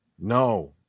No